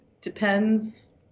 depends